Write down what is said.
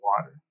water